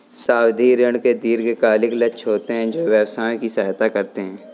सावधि ऋण के दीर्घकालिक लक्ष्य होते हैं जो व्यवसायों की सहायता करते हैं